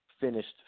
finished